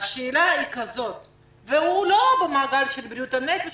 והוא לא במעגל של בריאות הנפש,